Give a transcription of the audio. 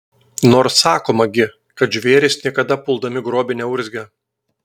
nors sakoma gi kad žvėrys niekada puldami grobį neurzgia